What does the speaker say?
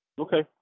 Okay